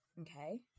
Okay